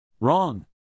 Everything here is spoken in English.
Wrong